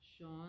Sean